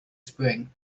spring